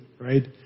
right